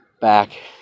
back